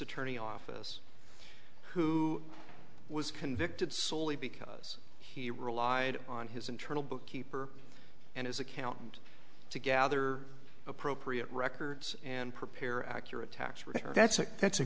attorney office who was convicted solely because he relied on his internal bookkeeper and his accountant to gather appropriate records and prepare accurate tax record that's a that's a